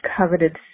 coveted